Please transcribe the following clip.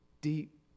deep